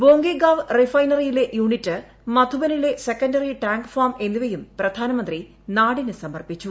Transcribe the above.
ബോംഗേഗാവ് റിഫൈനൈറിയിലെ യൂണിറ്റ് മധുബനിലെ secondary tank farm എന്നിവയും പ്രധാനമന്ത്രി നാടിന് സമർപ്പിച്ചു